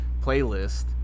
Playlist